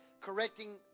Correcting